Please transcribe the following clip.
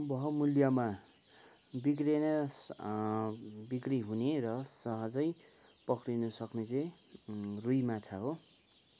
बहुमूल्यमा बिग्रेनस् बिक्री हुने र सहजै पक्रिनु सक्ने चाहिँ रुई माछा हो